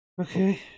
Okay